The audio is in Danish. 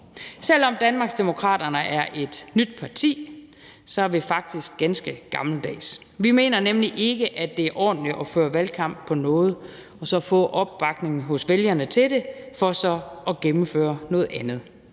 Selv om Danmarksdemokraterne er et nyt parti, er vi faktisk ganske gammeldags. Vi mener nemlig ikke, at det er ordentligt at føre valgkamp på noget, få opbakningen hos vælgerne til det for så at gennemføre noget andet.